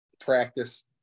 practice